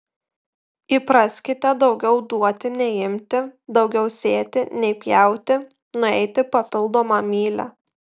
įpraskite daugiau duoti nei imti daugiau sėti nei pjauti nueiti papildomą mylią